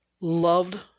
Loved